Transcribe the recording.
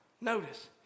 Notice